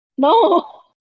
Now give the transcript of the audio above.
No